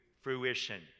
fruition